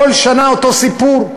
כל שנה אותו סיפור?